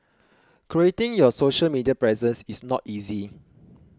curating your social media presence is not easy